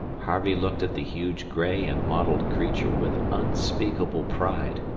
harvey looked at the huge gray-and-mottled creature with unspeakable pride.